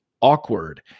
awkward